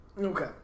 Okay